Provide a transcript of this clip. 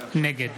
נגד